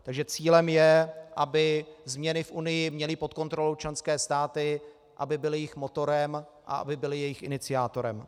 Takže cílem je, aby změny v Unii měly pod kontrolou členské státy, aby byly jejich motorem a aby byly jejich iniciátorem.